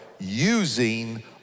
using